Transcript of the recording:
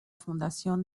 fundación